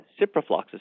ciprofloxacin